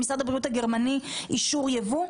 ממשרד הבריאות הגרמני אישור יבוא?